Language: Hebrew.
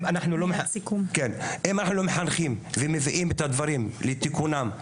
אם אנחנו לא מחנכים ומביאים את הדברים לתיקונם,